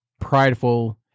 prideful